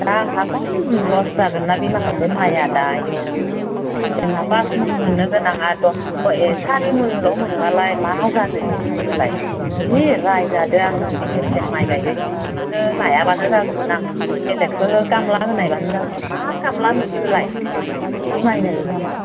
दा आंहा खम लस जागोन ना बे माखासे माइआ दा आयौ जोंहा पास मन मोननो गोनाङा ए सारिमनल' मोनब्लालाय मा जानोसै बिदिबालाय जि रायजादो आङो बिदि गेसें माइ गायनायनि नोंसोरखो लायाब्लानो जागौमोन आं बेलेकखोनो खामला होनायब्लानो जागौमोन मा खामला नोंसोरलाय बिदि माइ गायो नामा